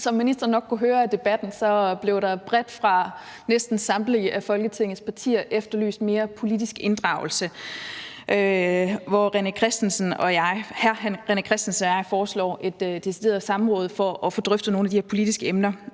Som ministeren nok kunne høre af debatten, blev der bredt af næsten samtlige Folketingets partier efterlyst mere politisk inddragelse. Hr. René Christensen og jeg foreslår et decideret samråd for at få drøftet nogle af de her politiske emner,